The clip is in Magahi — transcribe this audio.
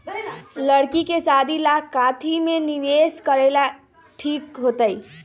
लड़की के शादी ला काथी में निवेस करेला ठीक होतई?